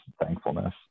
thankfulness